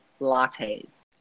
lattes